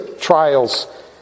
trials